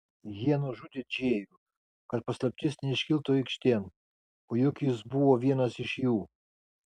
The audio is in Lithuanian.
jie nužudė džėjų kad paslaptis neiškiltų aikštėn o juk jis buvo vienas iš jų